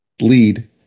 lead